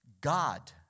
God